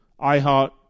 iHeart